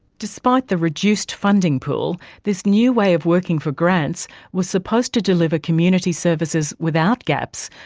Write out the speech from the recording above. despite the reduced funding pool, this new way of working for grants was supposed to deliver community services, without gaps,